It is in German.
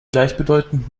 gleichbedeutend